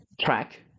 track